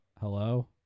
Hello